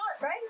right